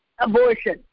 abortion